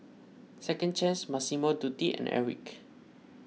Second Chance Massimo Dutti and Airwick